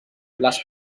les